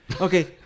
okay